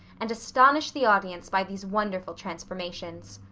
and astonish the audience by these wonderful transformations.